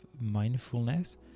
mindfulness